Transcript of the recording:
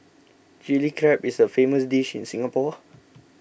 Chilli Crab is a famous dish in Singapore